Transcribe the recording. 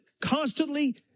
constantly